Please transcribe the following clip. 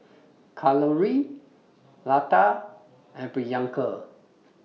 Kalluri Lata and Priyanka